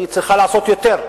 היא צריכה לעשות יותר.